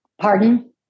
Pardon